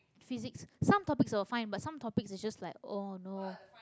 physics some topics were fine but some topics is just like oh no